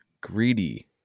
greedy